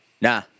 nah